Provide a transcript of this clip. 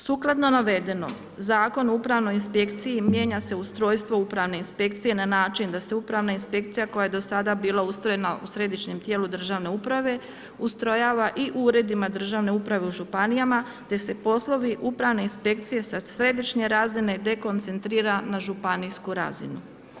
Sukladno navedenom, Zakonom o Upravnoj inspekciji mijenja se ustrojstvo Upravne inspekcije na način da se Upravna inspekcija koja je do sada bila ustrojena u središnjem tijelu državne uprave ustrojava i u uredima državne uprave u županijama te se poslovi Upravne inspekcije sa središnje razine dekoncentrira na županijsku razinu.